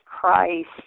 Christ